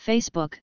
Facebook